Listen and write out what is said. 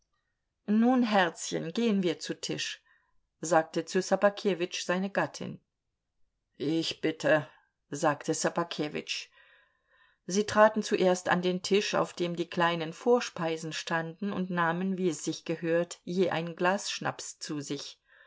nun herzchen gehen wir zu tisch sagte zu ssobakewitsch seine gattin ich bitte sagte ssobakewitsch sie traten zuerst an den tisch auf dem die kleinen vorspeisen standen und nahmen wie es sich gehört je ein glas schnaps zu sich